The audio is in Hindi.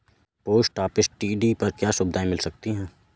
पोस्ट ऑफिस टी.डी पर क्या सुविधाएँ मिल सकती है?